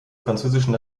französischen